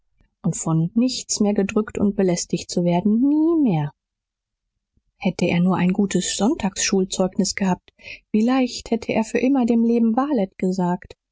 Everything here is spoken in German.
und von nichts mehr gedrückt und belästigt zu werden nie mehr hätte er nur ein gutes sonntagsschulzeugnis gehabt wie leicht hätte er für immer dem leben valet gesagt